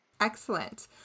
Excellent